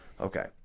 Okay